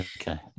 Okay